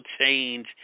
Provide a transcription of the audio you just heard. change